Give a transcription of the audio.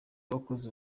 wakoze